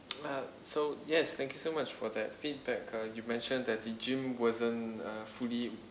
ah so yes thank you so much for that feedback uh you mentioned that the gym wasn't uh fully